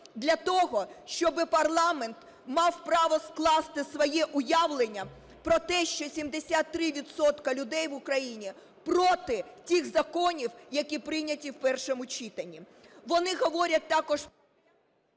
для того, щоби парламент мав право скласти своє уявлення про те, що 73 відсотки людей в Україні проти тих законів, які прийняті в першому читанні. Вони говорять також...